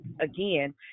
again